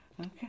Okay